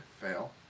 Fail